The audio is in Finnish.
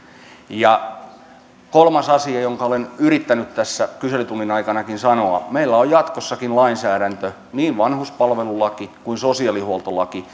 kolmas asia jonka olen yrittänyt tässä kyselytunnin aikanakin sanoa meillä on jatkossakin lainsäädäntö niin vanhuspalvelulaki kuin sosiaalihuoltolaki